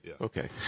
okay